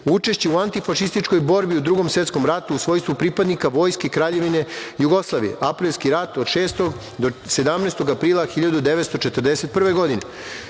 Učešće u antifašističkoj borbi u Drugom svetskom ratu u svojstvu pripadnika Vojske Kraljevine Jugoslavije, Aprilski rat od 6. aprila do 17. aprila 1941. godine.